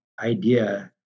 idea